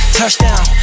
touchdown